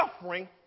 suffering